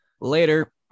later